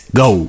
go